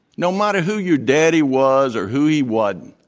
no matter who your daddy was or who he wasn't,